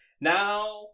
now